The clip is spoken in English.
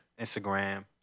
Instagram